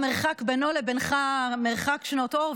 המרחק בינו לבינך מרחק שנות אור,